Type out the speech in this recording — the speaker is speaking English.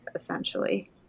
essentially